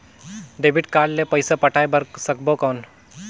Debit card ले पइसा पटाय बार सकबो कौन?